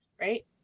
right